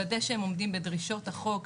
לוודא שהם עומדים בדרישות החוק,